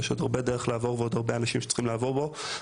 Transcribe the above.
יש עוד הרבה אנשים שצריכים לעבוד בו ויש עוד דרך ארוכה לעשות,